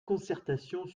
concertations